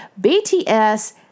BTS